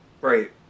right